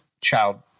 child